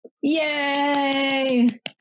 Yay